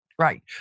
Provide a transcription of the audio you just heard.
Right